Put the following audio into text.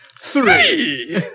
Three